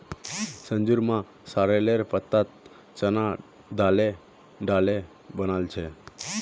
संजूर मां सॉरेलेर पत्ताक चना दाले डाले बना छेक